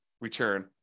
return